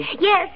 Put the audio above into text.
Yes